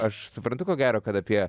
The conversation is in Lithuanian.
aš suprantu ko gero kad apie